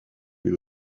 mais